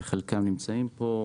וחלקם נמצאים פה.